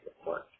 support